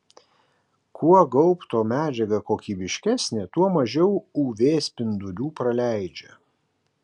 kuo gaubto medžiaga kokybiškesnė tuo mažiau uv spindulių praleidžia